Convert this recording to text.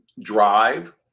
drive